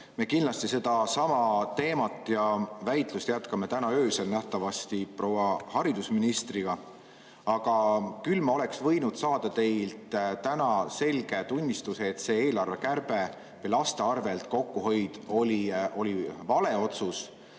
Me kindlasti jätkame sellelsamal teemal väitlust täna öösel, nähtavasti proua haridusministriga. Aga küll ma oleks võinud saada teilt täna selge tunnistuse, et see eelarvekärbe või laste arvel kokkuhoid oli vale otsus.